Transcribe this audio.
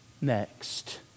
Next